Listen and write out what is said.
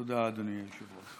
תודה, אדוני היושב-ראש.